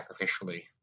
sacrificially